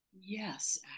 yes